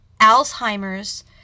alzheimer's